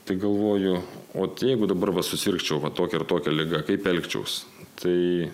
tai galvoju ot jeigu dabar va susirgčiau va tokia ir tokia liga kaip elgčiaus tai